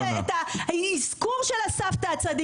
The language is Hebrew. להעלות על דל לשונך את האזכור של הסבתא שלי.